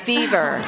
Fever